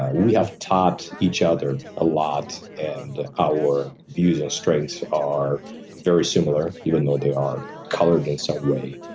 we have taught each other a lot, and our views and strengths are very similar, even though they are colored in some way.